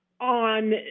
on